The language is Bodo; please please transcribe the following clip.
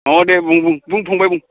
अह दे बुं बुं बुं फबाय बुं